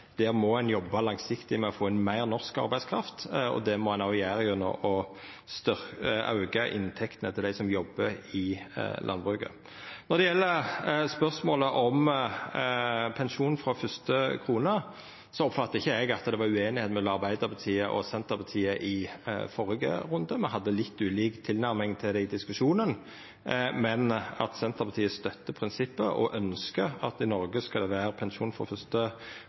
må ein jobba langsiktig med å få inn meir norsk arbeidskraft, og det må ein òg gjera gjennom å auka inntektene til dei som jobbar i landbruket. Når det gjeld spørsmålet om pensjon frå første krone, oppfattar ikkje eg at det var ueinigheit mellom Arbeidarpartiet og Senterpartiet i førre runde. Me hadde litt ulik tilnærming til det i diskusjonen, men at Senterpartiet støttar prinsippet og ønskjer at det i Noreg skal vera pensjon frå første krone, bør det